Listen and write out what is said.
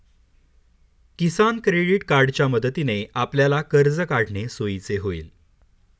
किसान credit कार्डच्या मदतीने आपल्याला कर्ज काढणे सोयीचे होईल